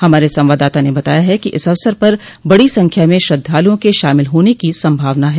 हमारे संवाददाता ने बताया है कि इस अवसर पर बड़ी संख्या में श्रद्वालुओं के शामिल होने की संभावना है